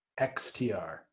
XTR